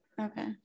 okay